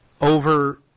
over